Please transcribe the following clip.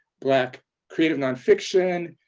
black creative nonfiction,